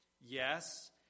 Yes